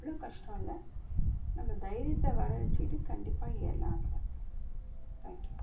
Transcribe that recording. அவ்வளோ கஷ்டம் இல்லை நம்ம தைரியத்தை வரவழைச்சுக்கிட்டு கண்டிப்பாக ஏறலாம் அதில் தேங்க்கி யூ